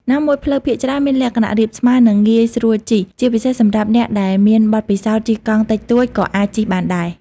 ណាមួយផ្លូវភាគច្រើនមានលក្ខណៈរាបស្មើ និងងាយស្រួលជិះ ជាពិសេសសម្រាប់អ្នកដែលមានបទពិសោធន៍ជិះកង់តិចតួចក៏អាចជិះបានដែរ។